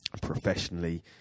professionally